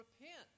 repent